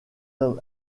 homme